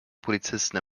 polizisten